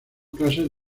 clases